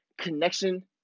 connection